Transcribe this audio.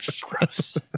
Gross